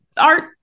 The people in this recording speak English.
art